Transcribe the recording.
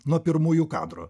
nuo pirmųjų kadrų